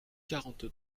quarante